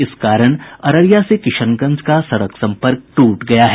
इस कारण अररिया से किशनगंज का सड़क संपर्क टूट गया है